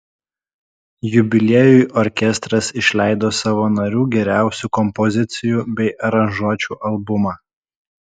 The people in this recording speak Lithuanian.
jubiliejui orkestras išleido savo narių geriausių kompozicijų bei aranžuočių albumą